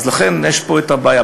לכן יש פה בעיה.